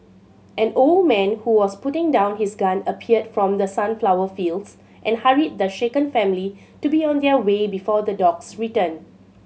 an old man who was putting down his gun appeared from the sunflower fields and hurried the shaken family to be on their way before the dogs return